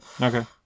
Okay